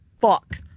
fuck